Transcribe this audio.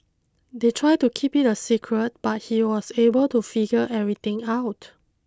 they tried to keep it a secret but he was able to figure everything out